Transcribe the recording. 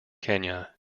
kenya